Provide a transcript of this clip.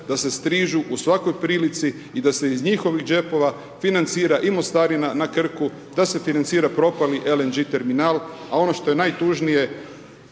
da se strižu u svakoj prilici i da se iz njihovih džepova financira i mostarina na Krku, da se financira propali LNG terminal, a ono što je najtužnije,